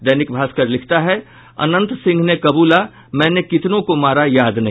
दैनिक भास्कर लिखता है अनंत सिंह ने कबूला मैंने कितनों को मारा याद नहीं